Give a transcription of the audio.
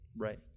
Right